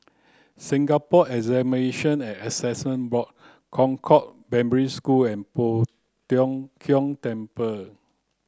Singapore Examination and Assessment Board Concord Primary School and Poh Tiong Kiong Temple